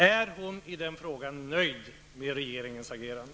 Är Monica Öhman i den frågan nöjd med regeringens agerande?